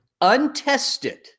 untested